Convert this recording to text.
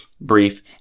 Brief